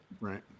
right